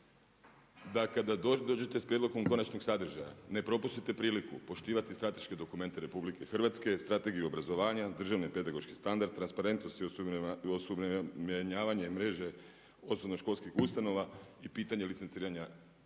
da kada dođete sa prijedlogom konačnog sadržaja ne propustite priliku poštivati strateške dokumente RH, Strategiju obrazovanja, Državni pedagoški standard, transparentnost i osuvremenjavanje mreže osnovnoškolskih ustanova i pitanje licenciranja nastavnika.